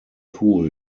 cool